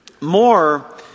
more